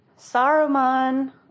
Saruman